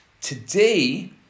Today